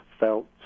felt